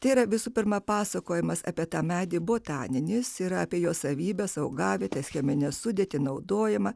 tai yra visų pirma pasakojimas apie tą medį botaninis yra apie jo savybes augavietės cheminę sudėtį naudojama